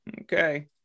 Okay